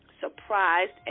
Surprised